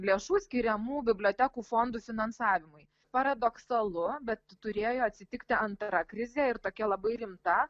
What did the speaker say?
lėšų skiriamų bibliotekų fondų finansavimui paradoksalu bet turėjo atsitikti antra krizė ir tokia labai rimta